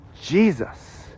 Jesus